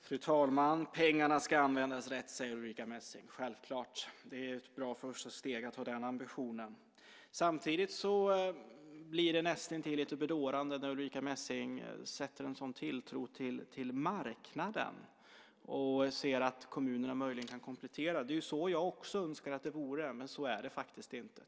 Fru talman! Pengarna ska användas rätt, säger Ulrica Messing. Självfallet - det är ett bra första steg att ha den ambitionen. Samtidigt blir det näst intill lite bedårande när Ulrica Messing sätter en sådan tilltro till marknaden och ser att kommunerna möjligen kan komplettera. Det är så jag också önskar att det vore, men så är det faktiskt inte.